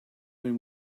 when